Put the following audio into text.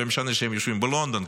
לא משנה שהם יושבים בלונדון,